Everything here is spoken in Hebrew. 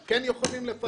הם כן יכולים לפתח.